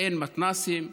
אין מתנ"סים,